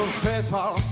faithful